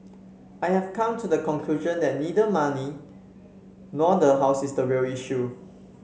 I have come to the conclusion that neither money nor the house is the real issue